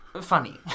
Funny